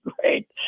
great